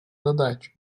задач